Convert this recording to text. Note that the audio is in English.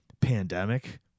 Pandemic